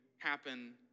happen